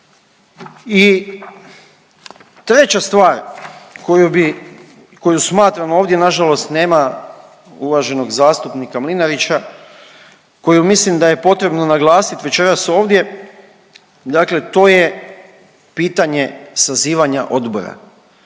I treća stvar koju smatram ovdje, na žalost nema uvaženog zastupnika Mlinarića, koju mislim da je potrebno naglasiti večeras ovdje dakle, to je pitanje sazivanja odbora.